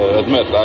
admit